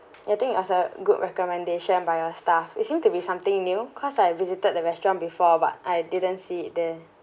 I think it was a good recommendation by your staff it seemed to be something new cause I visited the restaurant before but I didn't see it there